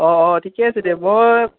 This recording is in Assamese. অঁ অঁ ঠিকে আছে দিয়ক মই